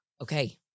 okay